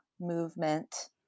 movement